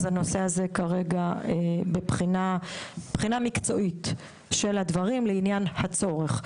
אז הנושא הזה כרגע בבחינה מקצועית של הדברים לעניין הצורך.